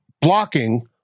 Blocking